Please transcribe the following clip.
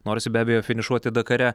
nors be abejo finišuoti dakare